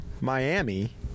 Miami